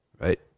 right